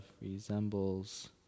resembles